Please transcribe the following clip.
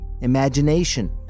imagination